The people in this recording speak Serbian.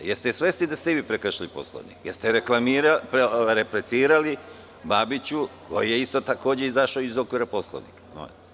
Jeste li svesni da ste i vi prekršili Poslovnik, jer ste replicirali Babiću koji je takođe izašao iz okvira Poslovnika?